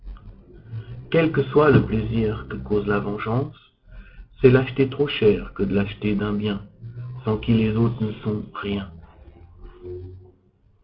quel que soit le plaisir que cause la vengeance c'est l'acheter trop cher que l'acheter d'un bien sans qui les autres ne sont rien